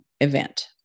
event